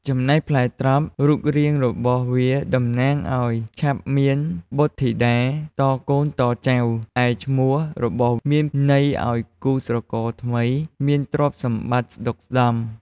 ចំណែកផ្លែត្រប់ រូបរាងរបស់វាតំណាងឲ្យឆាប់មានបុត្រធីតាតកូនតចៅ ឯឈ្មោះរបស់មានន័យឲ្យគូស្រករថ្មីមានទ្រព្យសម្បត្តិស្ដុកស្ដម្ភ។